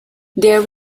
there